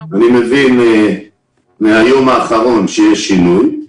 אני מבין מהיום האחרון שיש שינוי,